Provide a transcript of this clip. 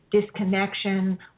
disconnection